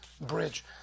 bridge